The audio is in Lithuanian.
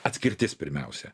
atskirtis pirmiausia